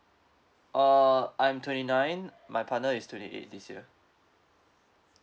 uh I'm twenty nine my partner is twenty eight this year